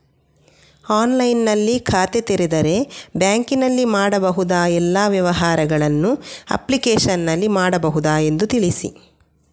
ಆನ್ಲೈನ್ನಲ್ಲಿ ಖಾತೆ ತೆರೆದರೆ ಬ್ಯಾಂಕಿನಲ್ಲಿ ಮಾಡಬಹುದಾ ಎಲ್ಲ ವ್ಯವಹಾರಗಳನ್ನು ಅಪ್ಲಿಕೇಶನ್ನಲ್ಲಿ ಮಾಡಬಹುದಾ ಎಂದು ತಿಳಿಸಿ?